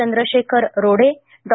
Chandrashekhar Rode Dr